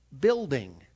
building